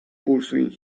pursuing